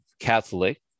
Catholic